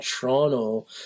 toronto